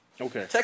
Okay